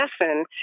lesson